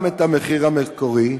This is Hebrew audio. גם את המחיר המקורי,